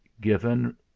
given